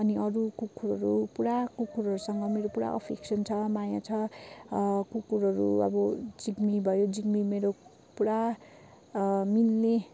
अनि अरू कुकुरहरू पुरा कुकुरहरूसँग मेरो पुरा फिक्सन छ माया छ अँ कुकुरहरू अब जिग्मी भयो जिग्मी मेरो पुरा मिल्ने